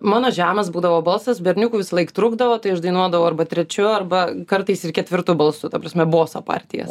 mano žemas būdavo balsas berniukų visąlaik trūkdavo tai aš dainuodavau arba trečiu arba kartais ir ketvirtu balsu ta prasme boso partijas